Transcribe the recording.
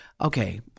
Okay